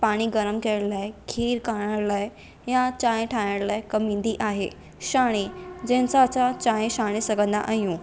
पाणी गर्मु करण लाइ खीरु करण लाइ या चांहि ठाहिण लाइ कमु ईंदी आहे छाणी जंहिंसां असां चांहि छाणे सघंदा आहियूं